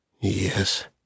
Yes